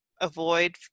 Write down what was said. avoid